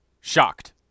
Shocked